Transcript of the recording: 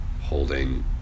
holding